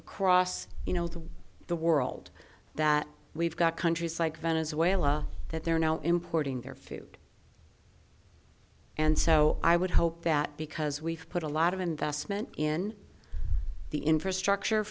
across you know the world that we've got countries like venezuela that they're now importing their food and so i would hope that because we've put a lot of investment in the infrastructure